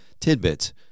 tidbits